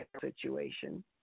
situation